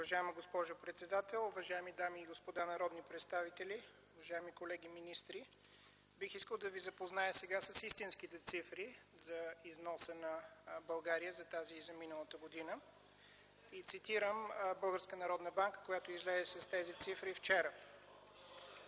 Уважаема госпожо председател, уважаеми дами и господа народни представители, уважаеми колеги министри! Бих искал да ви запозная сега с истинските цифри за износа на България за тази и миналата година. Цитирам Българската народна банка, която излезе с тези цифри вчера.